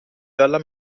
dalla